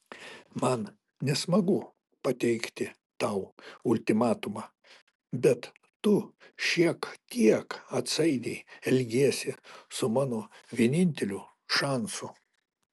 man nesmagu pateikti tau ultimatumą bet tu šiek tiek atsainiai elgiesi su mano vieninteliu šansu